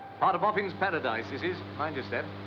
part of boffins' paradise, this is. mind your step.